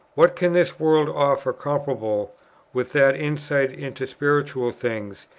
what can this world offer comparable with that insight into spiritual things,